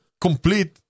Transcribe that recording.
Complete